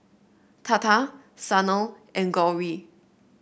Tata Sanal and Gauri